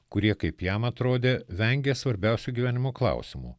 kurie kaip jam atrodė vengia svarbiausių gyvenimo klausimų